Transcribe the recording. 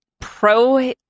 pro